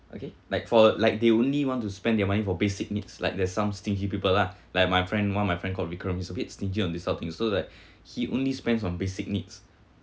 okay like for like they only want to spend their money for basic needs like there's some stingy people lah like my friend one of my friend called vikram he's a bit stingy on these type of things so like he only spends on basic needs